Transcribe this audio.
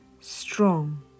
strong